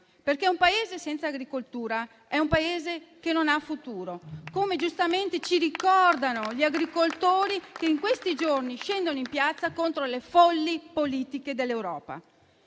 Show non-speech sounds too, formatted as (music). Un Paese senza agricoltura è un Paese che non ha futuro, (applause) come giustamente ci ricordano gli agricoltori che in questi giorni scendono in piazza contro le folli politiche dell'Europa.